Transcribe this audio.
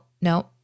no